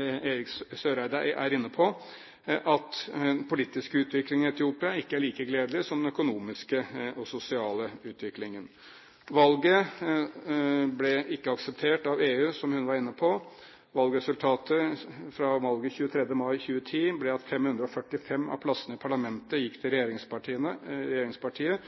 Eriksen Søreide er inne på, at den politiske utviklingen i Etiopia ikke er like gledelig som den økonomiske og den sosiale utviklingen. Valget ble ikke akseptert av EU, som hun var inne på. Valgresultatet fra valget 23. mai 2010 ble at 545 av plassene i parlamentet gikk til